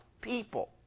people